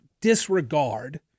disregard